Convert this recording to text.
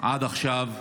עד עכשיו?